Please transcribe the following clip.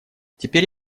теперь